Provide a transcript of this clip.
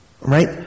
right